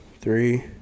three